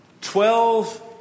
Twelve